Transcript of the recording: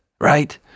right